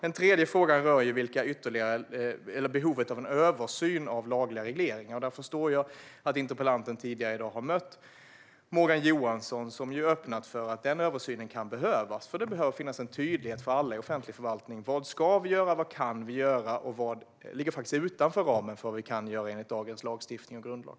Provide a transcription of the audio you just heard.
En tredje fråga rör behovet av en översyn av lagliga regleringar. Jag förstår att interpellanten tidigare i dag har mött Morgan Johansson, som öppnade för att den översynen kan behövas. Det behöver finnas en tydlighet för alla i offentlig förvaltning när det gäller vad vi ska och kan göra och vad som faktiskt ligger utanför ramen för vad vi kan göra enligt dagens lagstiftning och grundlag.